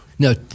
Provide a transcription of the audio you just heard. No